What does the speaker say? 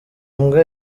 mbwa